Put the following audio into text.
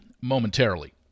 momentarily